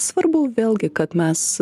svarbu vėlgi kad mes